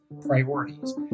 priorities